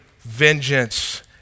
vengeance